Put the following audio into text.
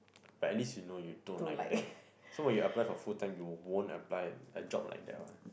like at least you know you don't like that so when you apply for full time you won't apply like job like that one